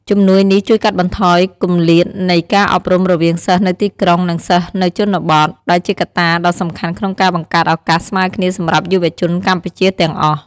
ជំនួយនេះជួយកាត់បន្ថយគម្លាតនៃការអប់រំរវាងសិស្សនៅទីក្រុង និងសិស្សនៅជនបទ ដែលជាកត្តាដ៏សំខាន់ក្នុងការបង្កើតឱកាសស្មើគ្នាសម្រាប់យុវជនកម្ពុជាទាំងអស់។